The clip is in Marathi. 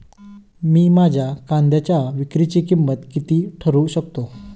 मी माझ्या कांद्यांच्या विक्रीची किंमत किती ठरवू शकतो?